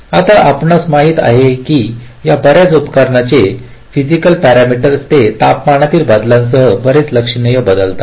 आता आपणास माहित आहे की या बर्याच उपकरणांचे फयसिकल पॅरामीटर्स ते तपमानातील बदलांसह बरेच लक्षणीय बदलतात